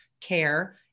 care